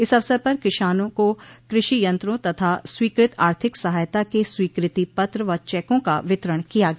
इस अवसर पर किसानों को कृषि यंत्रों तथा स्वीकृत आर्थिक सहायता के स्वीकृति पत्र व चेकों का वितरण किया गया